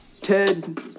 Ted